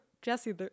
Jesse